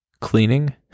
cleaning